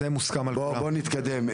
בוא נתקדם.